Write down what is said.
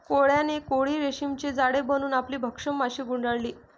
कोळ्याने कोळी रेशीमचे जाळे बनवून आपली भक्ष्य माशी गुंडाळली